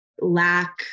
lack